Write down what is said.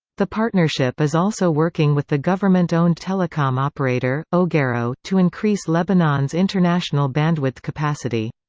the partnership is also working with the government owned telecom operator, ogero, to increase lebanon's international bandwidth capacity.